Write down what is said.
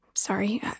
Sorry